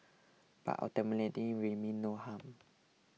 but ultimately we mean no harm